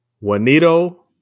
Juanito